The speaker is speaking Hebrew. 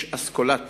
יש אסכולת